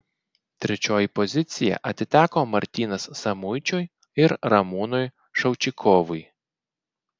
trečioji pozicija atiteko martynas samuičiui ir ramūnui šaučikovui